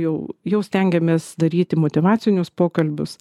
jau jau stengiamės daryti motyvacinius pokalbius